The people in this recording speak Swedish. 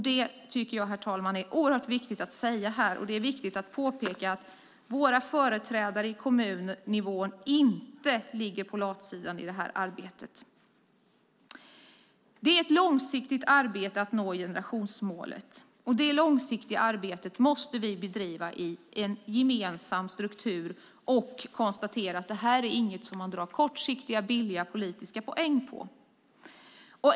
Det, herr talman, är oerhört viktigt att säga här, och det är viktigt att påpeka att våra företrädare på kommunnivå inte ligger på latsidan i det här arbetet. Det är ett långsiktigt arbete att nå generationsmålet, och det långsiktiga arbetet måste vi bedriva i en gemensam struktur och konstatera att det inte är något som man drar kortsiktiga billiga politiska poäng på.